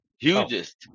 hugest